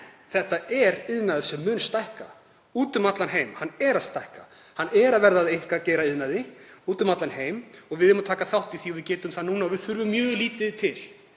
það er iðnaður sem mun stækka úti um allan heim og er að stækka. Hann er að verða að einkageiraiðnaði úti um allan heim og við eigum að taka þátt í því og við getum það núna og við þurfum mjög lítið til,